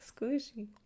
Squishy